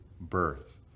birth